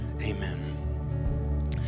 amen